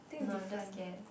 no just scared